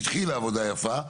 התחילה עבודה יפה,